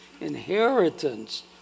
inheritance